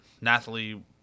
Nathalie